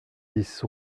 dix